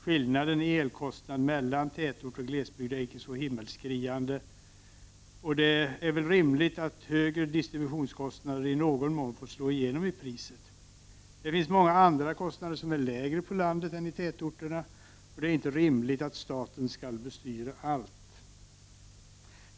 Skillnaden i elkostnad mellan tätort och glesbygd är inte så himmelsskriande, och det är väl rimligt att högre distributionskostnader i någon mån får slå igenom i priset. Det finns många andra kostnader som är lägre på landet än i tätorterna, och det är inte rimligt att staten skall bestyra allt.